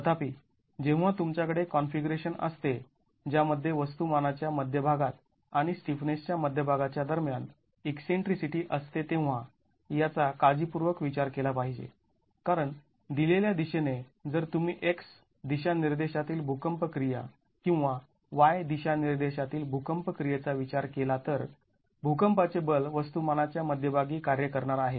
तथापि जेव्हा तुमच्याकडे कॉन्फिगरेशन असते ज्यामध्ये वस्तुमाना च्या मध्यभागात आणि स्टिफनेस च्या मध्यभागा च्या दरम्यान ईकसेंट्रीसिटी असते तेव्हा याचा काळजीपूर्वक विचार केला पाहिजे कारण दिलेल्या दिशेने जर तुम्ही x दिशानिर्देशतील भूकंप क्रिया किंवा y दिशानिर्देशतील भूकंप क्रियेचा विचार केला तर भूकंपाचे बल वस्तुमाना च्या मध्यभागी कार्य करणार आहे